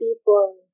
people